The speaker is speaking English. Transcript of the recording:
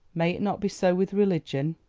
may it not be so with religion?